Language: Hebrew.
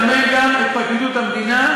אני מציע לך לזמן גם את פרקליטות המדינה,